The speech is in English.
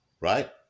right